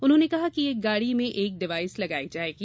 उन्होंने कहा कि एक गाड़ी में एक डिवाइस लगायी जाएगी